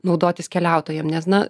naudotis keliautojams nes na